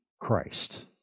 Christ